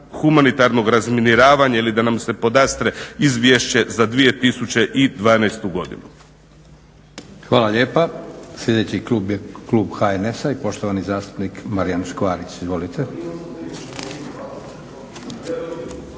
humanitarnog razminiravanja ili da nam se podastre izvješće za 2012. godinu.